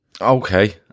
Okay